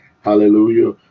hallelujah